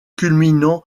culminant